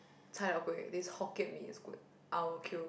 cai-tao-kway this Hokkien Mee is good I will queue